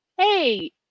Hey